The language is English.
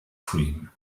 cream